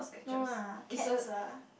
no lah cats lah